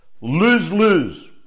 lose-lose